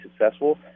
successful